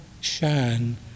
shine